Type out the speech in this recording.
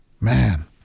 Man